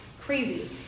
crazy